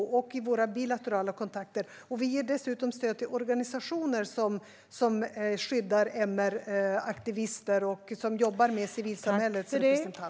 Vi gör det också i våra bilaterala kontakter, och vi ger dessutom stöd till organisationer som skyddar MR-aktivister och jobbar med civilsamhällets representanter.